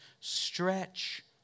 Stretch